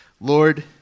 Lord